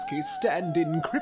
stand-in